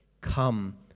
come